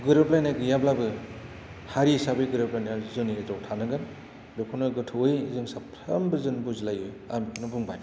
गोरोबलायनाय गैयाब्लाबो हारि हिसाबै गोरोबलायनाया जोंनि गेजेराव थानांगोन बेखौनो गोथौयै जों साफ्रामबो जों बुजिलाययो आं बेखौनो बुंबाय